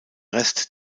rest